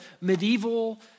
medieval